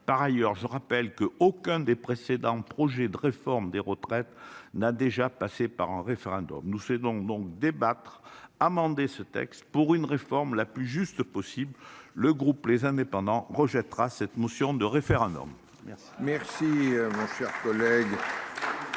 Par ailleurs, je rappelle que aucun des précédents projets de réforme des retraites n'a déjà passé par un référendum, nous c'est donc donc débattre amender ce texte pour une réforme la plus juste possible. Le groupe les indépendants rejettera cette motion de référendum. Merci, bonsoir. Donner